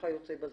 וכיוצא בזה.